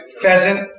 Pheasant